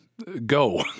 go